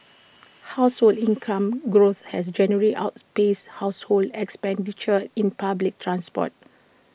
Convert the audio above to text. household income growth has generally outpaced household expenditure in public transport